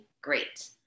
great